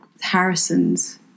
harrison's